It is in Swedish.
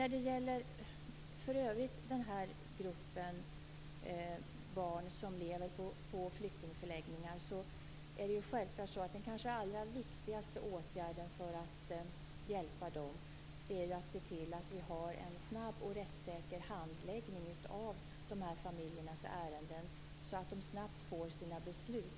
När det gäller att hjälpa den grupp av barn som lever på flyktingförläggningar är den kanske allra viktigaste åtgärden att se till att vi har en snabb och rättssäker handläggning av familjernas ärenden, så att de snabbt får sina beslut.